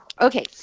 Okay